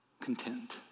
content